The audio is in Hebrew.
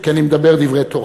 כי אני מדבר דברי תורה,